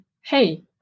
hey